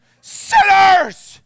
sinners